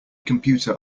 computer